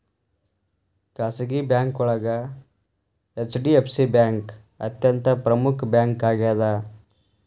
ಖಾಸಗಿ ಬ್ಯಾಂಕೋಳಗ HDFC bank ಅತ್ಯಂತ ಪ್ರಮುಖ್ ಬ್ಯಾಂಕಾಗ್ಯದ